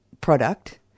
product